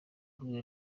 rwe